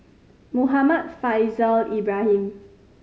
Muhammad Faishal Ibrahim